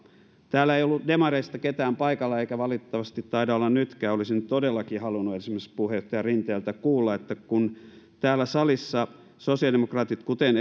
täällä ei ollut demareista ketään paikalla eikä valitettavasti taida olla nytkään olisin todellakin halunnut esimerkiksi puheenjohtaja rinteeltä kuulla että kun täällä salissa sosiaalidemokraatit kuten